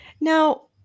now